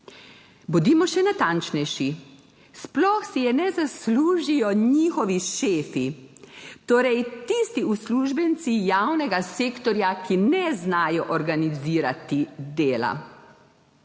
Bodimo še natančnejši: sploh si je ne zaslužijo njihovi šefi, torej tisti uslužbenci javnega sektorja, ki ne znajo organizirati dela.